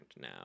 now